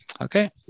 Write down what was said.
Okay